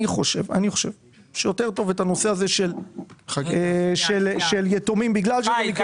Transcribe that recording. חושב שאת הנושא הזה של יתומים --- שי,